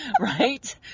Right